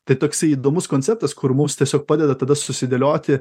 tai toksai įdomus konceptas kur mums tiesiog padeda tada susidėlioti